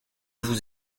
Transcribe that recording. vous